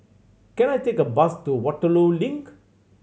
can I take a bus to Waterloo Link